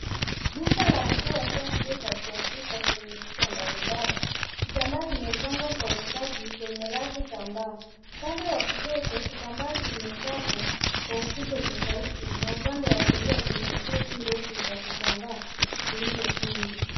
Duka la nguo hasa nguo za kiafrika zenye picha mbalimbali. Kitambaa kimepangwa kwa ustadi kwenye rafu za mbao. Upande wa kushoto, kitambaa kimekatwa kwa ukubwa tofauti na upande wa kulia kuna steki ndefu za vitambaa vilivyokunjwa.